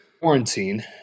quarantine